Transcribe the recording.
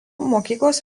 mokyklos